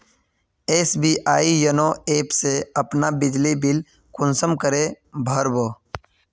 SBI YONO app से अपना बिजली बिल कुंसम करे भर बो?